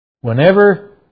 whenever